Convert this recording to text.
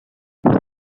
this